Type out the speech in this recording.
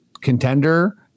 contender